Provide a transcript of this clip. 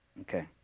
Okay